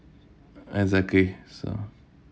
exactly so